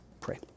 pray